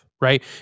right